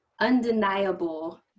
undeniable